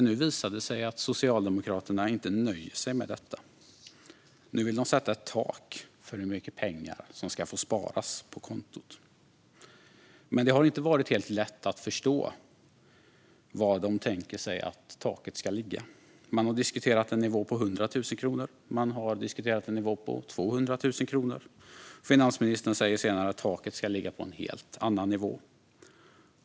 Nu visar det sig att Socialdemokraterna inte nöjer sig med detta, utan man vill även sätta ett tak för hur mycket pengar som får sparas på kontot. Det har dock inte varit helt lätt att förstå var man tänker sig att taket ska ligga. Man har diskuterat en nivå på 100 000 kronor och en nivå på 200 000 kronor. Finansministern har senare sagt att taket ska ligga på en helt annan nivå.